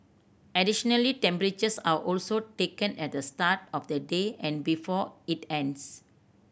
additionally temperatures are also taken at the start of the day and before it ends